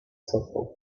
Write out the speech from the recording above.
sofą